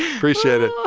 appreciate it.